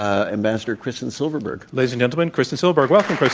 ah ambassador kristen silverberg. ladies and gentlemen, kristen silverberg. welcome.